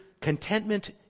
contentment